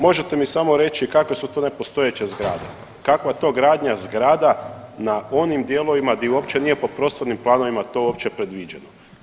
Možete mi samo reći kakve su to nepostojeće zgrade, kakva je to gradnja zgrada na onim dijelovima gdje uopće nije po prostornim planovima to uopće predviđeno?